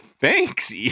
Thanks